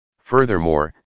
Furthermore